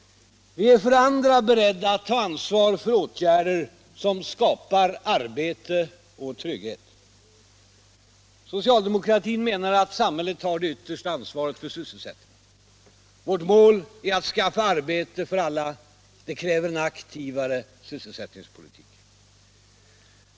Vi är för det andra beredda att ta ansvar för åtgärder som skapar arbete och trygghet. Socialdemokratin menar att samhället har det yttersta ansvaret för sysselsättningen. Vårt mål är att skaffa arbete åt alla. Det kräver en aktivare sysselsättningspolitik.